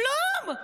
כלום,